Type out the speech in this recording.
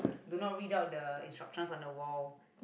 do not read out the instructions on the wall